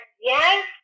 yes